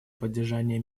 поддержания